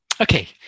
Okay